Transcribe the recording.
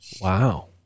wow